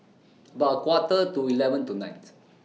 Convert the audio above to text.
about Quarter to eleven tonight